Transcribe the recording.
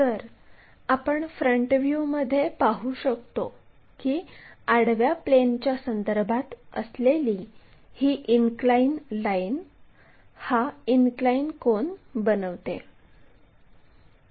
तर आपण फ्रंट व्ह्यूमध्ये पाहू शकतो की आडव्या प्लेनच्यासंदर्भात असलेली ही इनक्लाइन लाईन हा इनक्लाइन कोन बनवते